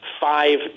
five